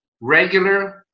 regular